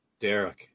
Derek